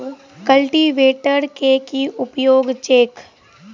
Cultivator केँ की उपयोग छैक?